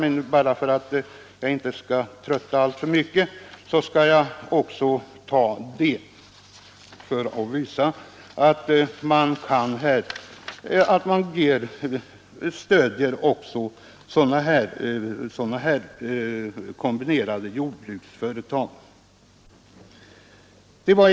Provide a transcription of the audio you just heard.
Det andra fallet — jag skulle kunna ta flera exempel men skall inte trötta kammarens ledamöter — visar också hur man stöder kombinerade jordbruksföretag.